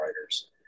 writers